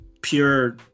pure